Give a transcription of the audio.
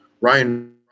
Ryan